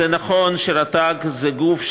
זה נכון שרט"ג היא גוף,